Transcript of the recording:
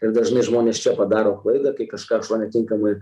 ir dažnai žmonės čia padaro klaidą kai kažką netinkamai